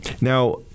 now